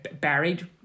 buried